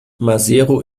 maseru